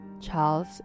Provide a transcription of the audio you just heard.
charles